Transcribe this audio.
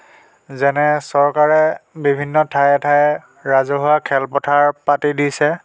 যেনে চৰকাৰে বিভিন্ন ঠায়ে ঠায়ে ৰাজহুৱা খেলপথাৰ পাতি দিছে